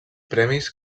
premis